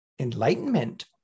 enlightenment